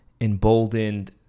emboldened